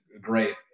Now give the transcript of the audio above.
great